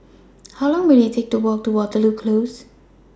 How Long Will IT Take to Walk to Waterloo Close